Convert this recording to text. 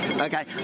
Okay